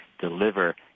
deliver